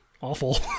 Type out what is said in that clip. awful